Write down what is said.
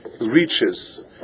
reaches